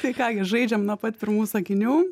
tai ką gi žaidžiam nuo pat pirmų sakinių